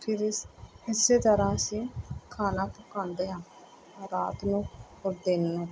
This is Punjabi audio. ਫਿਰ ਇਸ ਇਸ ਤਰ੍ਹਾਂ ਅਸੀਂ ਖਾਣਾ ਪਕਾਉਂਦੇ ਹਾਂ ਰਾਤ ਨੂੰ ਔਰ ਦਿਨ ਨੂੰ